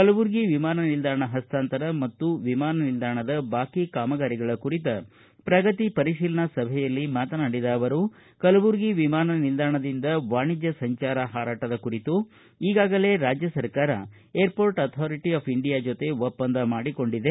ಕಲಬುರಗಿ ವಿಮಾನ ನಿಲ್ದಾಣ ಪಸ್ತಾಂತರ ಮತ್ತು ವಿಮಾನ ನಿಲ್ದಾಣದ ಬಾಕಿ ಕಾಮಗಾರಿಗಳ ಕುರಿತ ಪ್ರಗತಿ ಪರಿಶೀಲನಾ ಸಭೆಯಲ್ಲಿ ಮಾತನಾಡಿದ ಅವರು ಕಲಬುರಗಿ ವಿಮಾನ ನಿಲ್ದಾಣದಿಂದ ವಾಣಿಜ್ಯ ಸಂಚಾರ ಹಾರಾಟದ ಕುರಿತು ಈಗಾಗಲೆ ರಾಜ್ಯ ಸರ್ಕಾರ ಏರಮೋರ್ಟ್ ಆಥಾರಿಟಿ ಆಫ್ ಇಂಡಿಯಾ ಜೊತೆ ಒಪ್ಪಂದ ಮಾಡಿಕೊಂಡಿದೆ